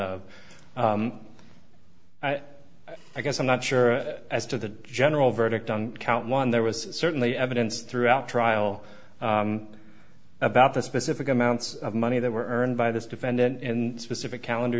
of i guess i'm not sure as to the general verdict on count one there was certainly evidence throughout trial about the specific amounts of money that were earned by this defendant in specific calendar